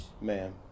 Ma'am